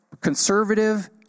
conservative